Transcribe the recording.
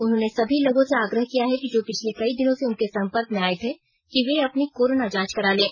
उन्होंने उन सभी लोगों से आग्रह किया है जो पिछले कई दिनों से उनके संपर्क में आये थे कि वे अपनी कोरोना जांच करा लें